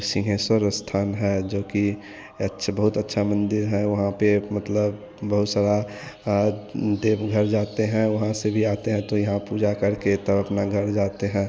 सिंगहेश्वर स्थान है जो कि अच्छ बहुत अच्छा मंदिर है वहाँ पर मतलब बहुत सारा देवघर जाते हैं वहाँ से भी आते हैं तो यहाँ पूजा करके तब अपने घर जाते हैं